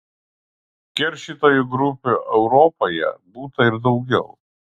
keršytojų grupių europoje būta ir daugiau